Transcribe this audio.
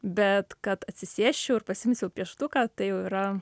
bet kad atsisėsčiau ir pasiimsiau pieštuką tai jau yra